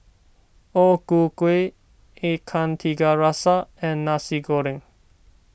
O Ku Kueh Ikan Tiga Rasa and Nasi Goreng